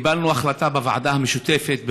קיבלנו החלטה בוועדה המשותפת,